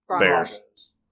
Bears